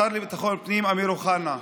השר לביטחון פנים אמיר אוחנה,